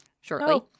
shortly